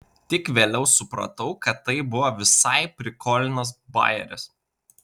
tik vėliau supratau kad tai buvo visai prikolnas bajeris